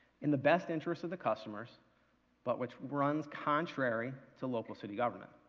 and the best interest of the customers but which runs contrary to local city government.